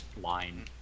line